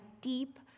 deep